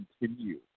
continue